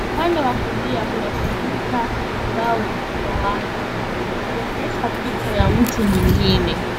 Upande wa kulia kuna kompyuta ambayo iliyo wazi ikionyesha picha ya mtu mwengine.